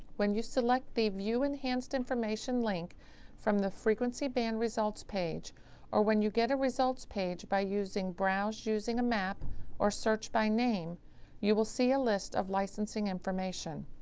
when you select the view enhanced information link from the frequency band results page or when you get a results page by using browse using a mape search by name you will see a list of licensing information.